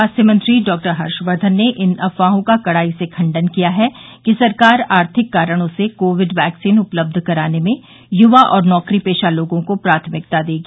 स्वास्थ्य मंत्री डॉ हर्षवर्धन ने इन अफवाहों का कड़ाई से खंडन किया है कि सरकार आर्थिक कारणों से कोविड वैक्सीन उपलब्ध कराने में युवा और नौकरीपेशा लोगों को प्राथमिकता देगी